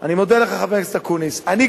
אני לא אומר לך את זה הרבה פעמים, אבל אתה צודק.